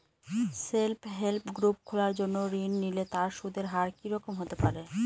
Self help group খোলার জন্য ঋণ নিলে তার সুদের হার কি রকম হতে পারে?